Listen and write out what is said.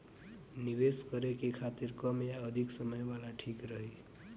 निवेश करें के खातिर कम या अधिक समय वाला ठीक रही?